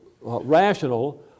rational